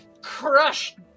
crushed